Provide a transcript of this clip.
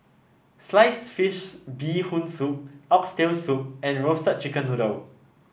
Sliced Fish Bee Hoon Soup Oxtail Soup and Roasted Chicken Noodle